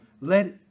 Let